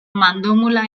mandomula